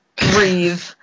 breathe